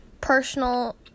personal